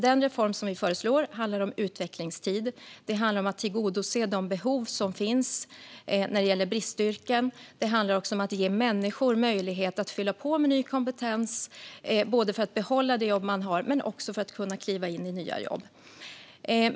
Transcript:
Den reform som vi föreslår handlar om utvecklingstid. Det handlar om att tillgodose de behov som finns när det gäller bristyrken, och det handlar om att ge människor möjlighet att fylla på med ny kompetens, både för att kunna behålla det jobb man har och för att kunna kliva in i nya jobb.